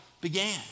began